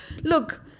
look